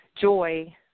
joy